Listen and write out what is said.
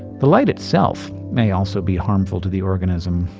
the light itself may also be harmful to the organism.